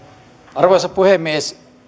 arvoisa puhemies